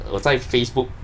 我在 facebook